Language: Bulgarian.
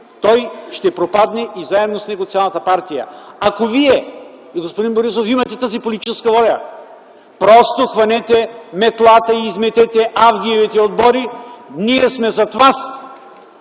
той ще пропадне, а заедно с него и цялата партия. Ако Вие и господин Борисов имате тази политическа воля, просто хванете метлата и изметете Авгиевите обори! Ние сме зад Вас,